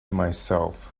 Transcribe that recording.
myself